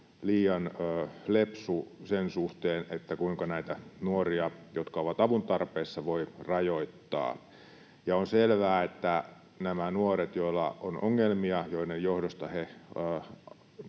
liian lepsu sen suhteen, kuinka näitä nuoria, jotka ovat avun tarpeessa, voi rajoittaa. On selvää, että näillä nuorilla, joilla on ongelmia, joiden johdosta he